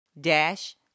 dash